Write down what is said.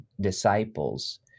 disciples